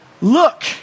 look